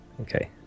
Okay